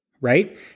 right